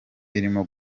irimo